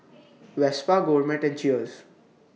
Vespa Gourmet and Cheers